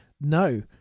No